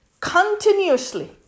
continuously